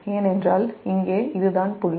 ஏனென்றால் இங்கே இதுதான் புள்ளி